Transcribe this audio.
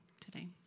today